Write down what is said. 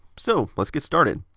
so, let's get started!